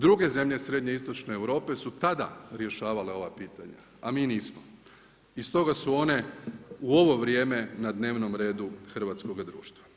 Druge zemlje srednjoistočne Europe su tada rješavala ova pitanja a mi nismo i stoga su one u ovo vrijeme na dnevnom redu hrvatskoga društva.